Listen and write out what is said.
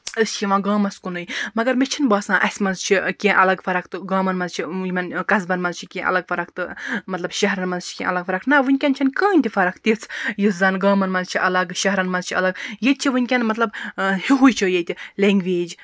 أسۍ چھِ یِوان گامَس کُنُے مگر مےٚ چھنہٕ باسان اَسہِ مَنٛز چھِ کینٛہہ اَلَگ فَرَق تہٕ گامَن مَنٛز چھِ یِمَن قَصبَن مَنٛز چھِ کینٛہہ اَلَگ فَرَق تہٕ مطلب شَہرَن مَنٛز چھِ کینٛہہ اَلَگ فَرَق نہ ونٛکیٚن چھِنہٕ کٕہٕنۍ تہِ فَرَق تِژھ یُس زَن گامَن مَنٛز چھِ اَلَگ شَہرَن مَنٛز چھِ اَلَگ ییٚتہِ چھِ ونٛکیٚن مَطلَب ہِوُے چھُ ییٚتہِ لینٛگویج